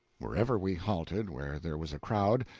wherever we halted where there was a crowd,